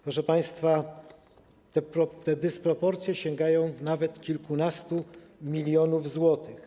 Proszę państwa, te dysproporcje sięgają nawet kilkunastu milionów złotych.